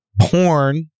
Porn